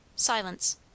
Silence